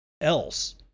else